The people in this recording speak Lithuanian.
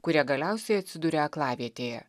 kurie galiausiai atsiduria aklavietėje